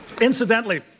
Incidentally